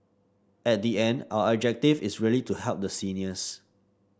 at the end our objective is really to help the seniors